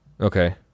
Okay